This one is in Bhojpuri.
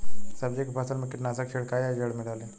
सब्जी के फसल मे कीटनाशक छिड़काई या जड़ मे डाली?